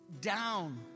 down